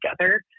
together